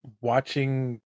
watching